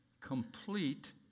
Complete